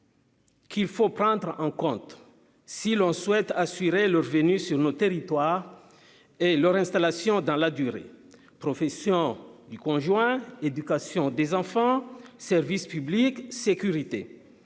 Qu'il faut prendre en compte, si l'on souhaite assurer le revenu sur le territoire et leur installation dans la durée, profession du conjoint, éducation des enfants, service public, sécurité,